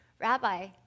Rabbi